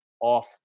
off